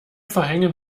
verhängen